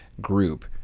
group